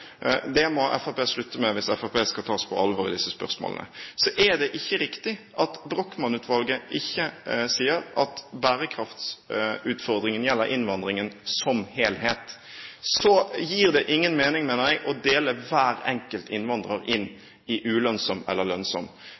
Det må Fremskrittspartiet slutte med hvis Fremskrittspartiet skal tas på alvor i disse spørsmålene. Så er det ikke riktig at Brochmann-utvalget ikke sier at bærekraftsutfordringen gjelder innvandringen som helhet. Så gir det ingen mening, mener jeg, å dele hver enkelt innvandrer inn i ulønnsom eller lønnsom.